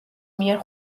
მიერ